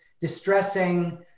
distressing